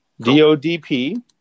D-O-D-P